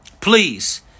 Please